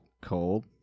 Cold